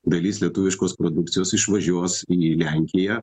dalis lietuviškos produkcijos išvažiuos į lenkiją